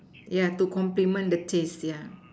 ya to complement the taste ya